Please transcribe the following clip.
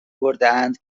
بردهاند